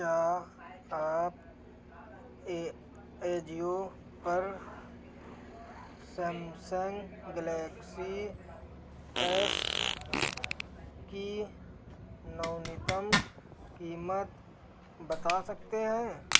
क्या आप AJIO पर सैमसन्ग गैलेक्सी एस की न्यूनतम कीमत बता सकते हैं